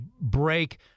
break